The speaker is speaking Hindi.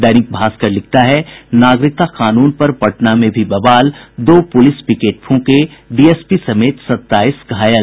दैनिक भास्कर लिखता है नागरिकता कानून पर पटना में भी बवाल दो पुलिस पिकेट फूंके डीएसपी समेत सत्ताईस घायल